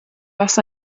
was